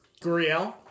Guriel